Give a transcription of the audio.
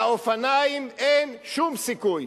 לאופניים אין שום סיכוי.